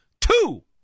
Two